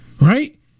Right